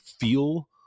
feel